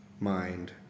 mind